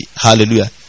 Hallelujah